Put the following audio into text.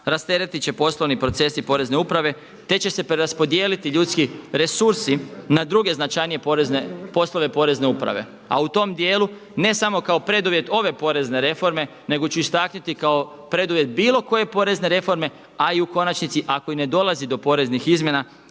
rasteretit će se poslovni procesi Porezne uprave, te će se preraspodijeliti ljudski resursi na druge značajnije poslove Porezne uprave, a u tom dijelu ne samo kao preduvjet ove porezne reforme, nego ću istaknuti kao preduvjet bilo koje porezne reforme, a i u konačnici ako i ne dolazi do poreznih izmjena